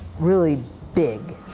really big.